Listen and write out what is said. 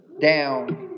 down